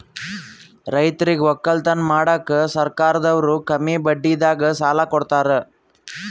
ರೈತರಿಗ್ ವಕ್ಕಲತನ್ ಮಾಡಕ್ಕ್ ಸರ್ಕಾರದವ್ರು ಕಮ್ಮಿ ಬಡ್ಡಿದಾಗ ಸಾಲಾ ಕೊಡ್ತಾರ್